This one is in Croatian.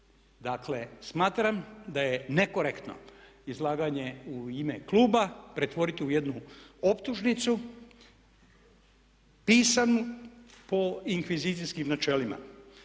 Dakle, smatram da je nekorektno izlaganje u ime kluba pretvoriti u jednu optužnicu pisanu po inkvizicijskim načelima.